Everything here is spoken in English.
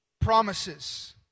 promises